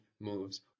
moves